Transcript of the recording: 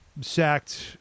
sacked